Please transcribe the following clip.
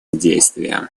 действиям